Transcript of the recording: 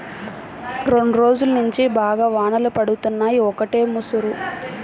రెండ్రోజుల్నుంచి బాగా వానలు పడుతున్నయ్, ఒకటే ముసురు